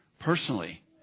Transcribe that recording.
personally